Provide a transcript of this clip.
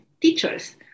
teachers